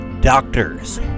doctors